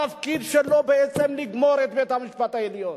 התפקיד שלו, בעצם לגמור את בית-המשפט העליון.